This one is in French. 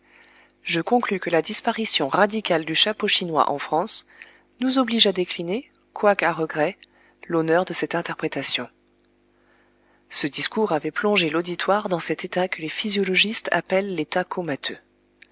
je conclus que la disparition radicale du chapeau chinois en france nous oblige à décliner quoique à regret l'honneur de cette interprétation ce discours avait plongé l'auditoire dans cet état que les physiologistes appellent l'état comateux